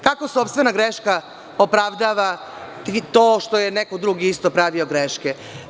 Kako sopstvena greška opravdava to što je neko drugi pravio greške?